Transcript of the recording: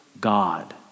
God